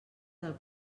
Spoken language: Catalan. del